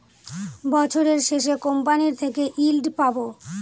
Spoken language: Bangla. বছরের শেষে কোম্পানি থেকে ইল্ড পাবো